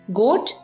goat